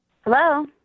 Hello